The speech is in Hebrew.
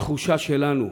התחושה שלנו,